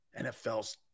NFLs